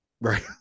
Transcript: Right